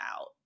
out